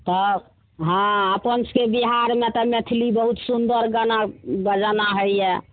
तऽ हँ अपन सबके बिहारमे तऽ मैथिली बहुत सुन्दर गाना बजाना होइए